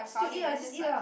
still eat lah just eat lah